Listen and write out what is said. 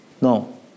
No